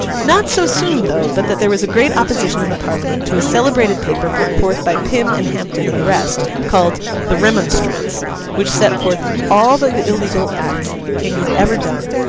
not so soon, though, but that there was a great opposition in the parliament to a celebrated paper put forth by pym and hampden and the rest, called the remonstrance which set forth all the illegal acts that the king had ever done,